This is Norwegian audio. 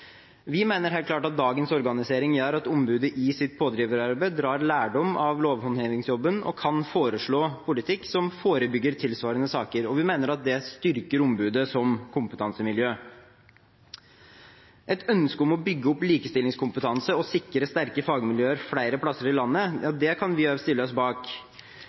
Vi mener helt klart at dagens organisering gjør at ombudet i sitt pådriverarbeid drar lærdom av lovhåndhevingsjobben og kan foreslå politikk som forebygger tilsvarende saker. Vi mener at det styrker ombudet som kompetansemiljø. Et ønske om å bygge opp likestillingskompetanse og sikre sterke fagmiljøer flere plasser i landet kan vi også stille oss bak,